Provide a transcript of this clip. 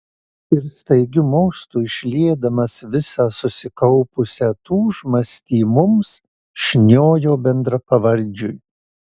ir staigiu mostu išliedamas visą susikaupusią tūžmastį mums šniojo bendrapavardžiui